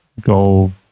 go